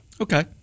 Okay